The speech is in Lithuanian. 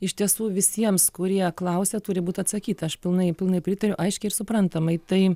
iš tiesų visiems kurie klausia turi būti atsakyta aš pilnai pilnai pritariu aiškiai ir suprantamai tai